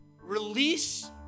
release